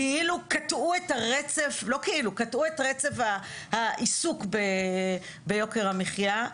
קטעו את רצף העיסוק ביוקר המחיה.